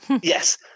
Yes